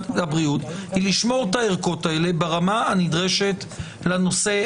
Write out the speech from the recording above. הבריאות היא לשמור את הערכות האלה ברמה הנדרשת למז"פ.